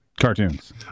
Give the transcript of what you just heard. cartoons